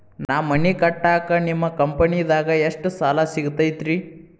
ನಾ ಮನಿ ಕಟ್ಟಾಕ ನಿಮ್ಮ ಕಂಪನಿದಾಗ ಎಷ್ಟ ಸಾಲ ಸಿಗತೈತ್ರಿ?